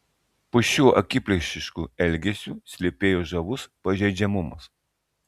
po šiuo akiplėšišku elgesiu slypėjo žavus pažeidžiamumas